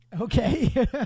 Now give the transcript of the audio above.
Okay